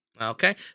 Okay